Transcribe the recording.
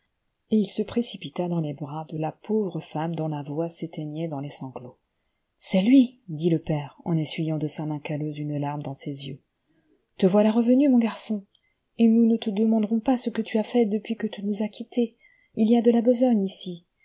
et il se précipita dans les bras de la pauvre femme dont la voix s'éteignait dans les sanglots c'est lui dit le père en essuyant de sa main calleuse une larme dans ses yeux te voilà revenu mon garçon et nous ne te demanderons pas ce que tu as fait depuis que tu nous a quittés il y a de a besogne ici